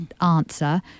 Answer